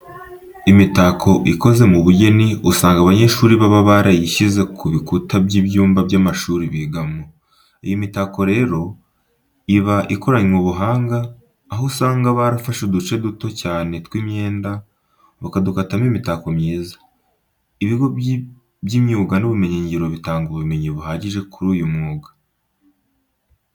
Imitako ikoze mu bugeni usanga abanyeshuri baba barayishyize ku bikuta by'ibyumba by'amashuri bigamo. Iyi mitako rero, iba ikoranywe ubuhanga, aho usanga barafashe uduce duto cyane tw'imyenda, bakadukuramo imitako mwiza. Ibigo by'imyuga n'ubumenyingiro bitanga ubumenyi buhagije kuri uyu mwuga.